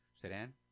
sedan